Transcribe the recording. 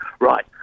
right